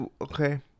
okay